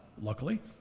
luckily